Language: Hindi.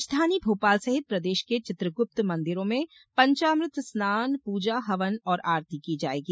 राजधानी भोपाल सहित प्रदेश के चित्रगुप्त मंदिरों में पंचामृत स्नान पूजा हवन और आरती की जाएगी